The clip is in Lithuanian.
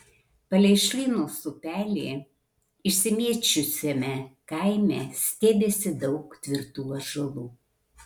palei šlynos upelį išsimėčiusiame kaime stiebėsi daug tvirtų ąžuolų